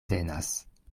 venas